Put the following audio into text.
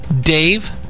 dave